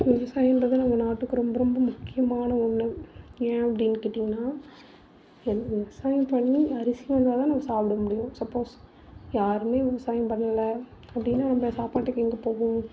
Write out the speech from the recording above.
விவசாயன்றது நம்ம நாட்டுக்கு ரொம்ப ரொம்ப முக்கியமான ஒன்று ஏன் அப்படின் கேட்டிங்கன்னா ல்விவசாயம் பண்ணி அரிசி வந்தால் தான் நம்ம சாப்பிட முடியும் சப்போஸ் யாருமே விவசாயம் பண்ணல அப்படினா நம்ம சாப்பாட்டுக்கு எங்கே போவோம்